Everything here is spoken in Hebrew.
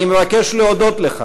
אני מבקש להודות לך,